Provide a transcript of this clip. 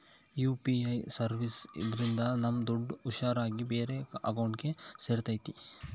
UPI services ಇದ್ರಿಂದ ನಮ್ ದುಡ್ಡು ಹುಷಾರ್ ಆಗಿ ಬೇರೆ ಅಕೌಂಟ್ಗೆ ಸೇರ್ತೈತಿ